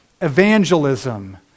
evangelism